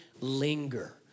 linger